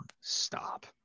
Stop